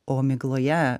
o migloje